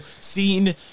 scene